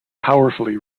powerfully